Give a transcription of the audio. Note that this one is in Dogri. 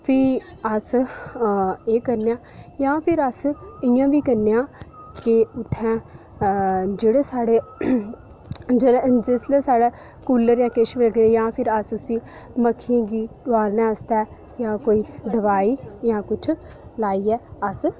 ते भी अस एह् करने आं जां फ्ही अस इ'यां भी करने आं कि उत्थुआं जेह्ड़े साढ़े जिसलै साढ़ै कुल्लर जां किश बी साढ़ै मक्खियें गी डुआने आस्तै कोई दोआई जां किश लाइयै अस ओह करने आं